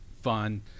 fun